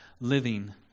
living